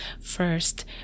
First